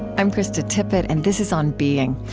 i'm krista tippett, and this is on being.